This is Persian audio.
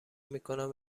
میکنن